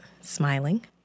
smiling